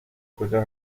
گذار